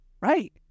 Right